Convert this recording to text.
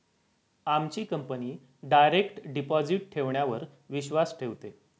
आमची company direct deposit ठेवण्यावर विश्वास ठेवते